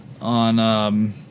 on, –